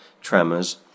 tremors